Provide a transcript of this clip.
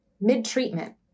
mid-treatment